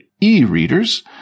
e-readers